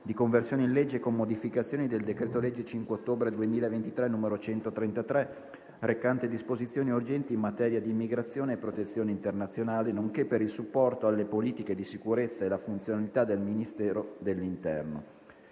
***Conversione in legge, con modificazioni, del decreto-legge 5 ottobre 2023, n. 133, recante disposizioni urgenti in materia di immigrazione e protezione internazionale, nonché per il supporto alle politiche di sicurezza e la funzionalità del Ministero dell'interno***